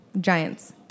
Giants